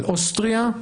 על אוסטריה.